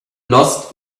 lost